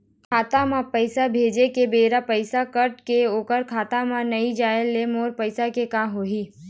खाता म पैसा भेजे के बेरा पैसा कट के ओकर खाता म नई जाय ले मोर पैसा के का होही?